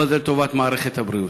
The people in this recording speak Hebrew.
אבל זה לטובת מערכת הבריאות.